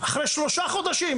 אחרי שלושה חודשים,